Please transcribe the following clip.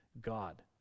God